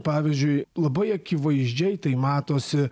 pavyzdžiui labai akivaizdžiai tai matosi